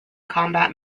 combat